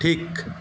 ঠিক